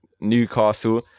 Newcastle